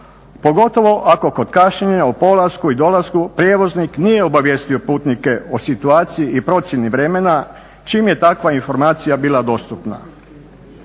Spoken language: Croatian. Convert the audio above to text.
pogotovo ako kod kašnjenja u polasku i dolasku prijevoznik nije obavijestio putnike o situaciji i procjeni vremena čim je takva informacija bila dostupna.